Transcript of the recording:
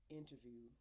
interview